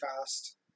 fast